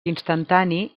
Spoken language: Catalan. instantani